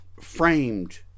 framed